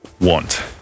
want